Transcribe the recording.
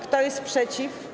Kto jest przeciw?